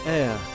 air